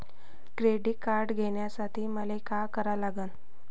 Credit card घ्यासाठी मले का करा लागन?